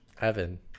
Evan